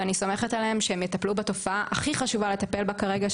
ואני סומכת עליהם שהם יטפלו בתופעה הכי חשובה לטפל בה כרגע,